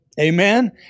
Amen